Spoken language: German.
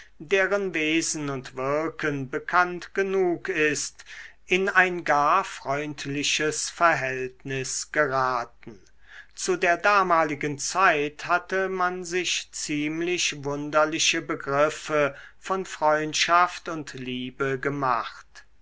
deren wesen und wirken bekannt genug ist in ein gar freundliches verhältnis geraten zu der damaligen zeit hatte man sich ziemlich wunderliche begriffe von freundschaft und liebe gemacht